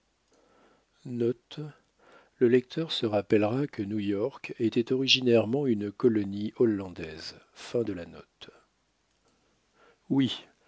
le lecteur se rappellera que new-york était originairement une colonie hollandaise